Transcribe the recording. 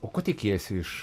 o ko tikiesi iš